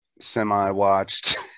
semi-watched